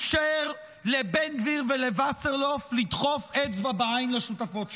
אפשר לבן גביר ולווסרלאוף לדחוף אצבע בעין לשותפות שלנו.